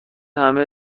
همه